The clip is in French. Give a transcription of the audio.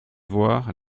voir